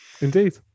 Indeed